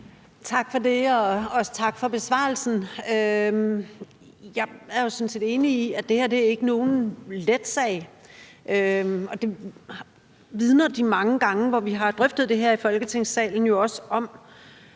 Tak for det. Også tak for besvarelsen. Jeg er sådan set enig i, at det her ikke er nogen let sag, og det vidner de mange gange, hvor vi har drøftet det her i Folketingssalen, jo også om,